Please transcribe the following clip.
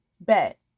Bet